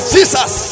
Jesus